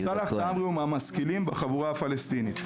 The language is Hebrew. סאלח תעמרי הוא מהמשכילים בחבורה הפלסטינית.